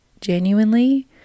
genuinely